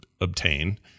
obtain